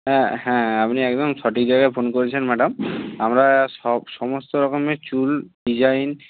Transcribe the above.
অ্যাঁ হ্যাঁ আপনি একদম সঠিক জায়গায় ফোন করেছেন ম্যাডাম আমরা সব সমস্ত রকমের চুল ডিজাইন